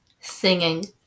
Singing